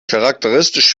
charakteristisch